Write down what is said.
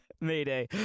Mayday